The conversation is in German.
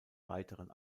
weiteren